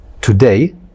today